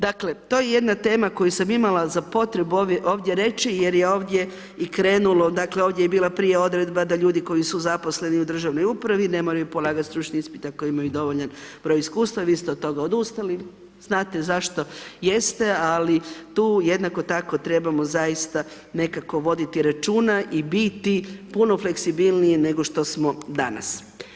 Dakle, to je jedna tema koju sam imala za potrebu ovdje reći jer je ovdje i krenulo, dakle ovdje je bila prije odredba da ljudi koji su zaposleni u državnoj upravni ne moraju polagati stručni ispit, ako imaju dovoljan broj iskustva, vi ste od toga odustali, znate zašto jeste, ali tu jednako tako trebao zaista nekako voditi računa i biti puno fleksibilniji nego što smo danas.